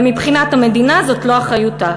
אבל מבחינת המדינה, זאת לא אחריותה.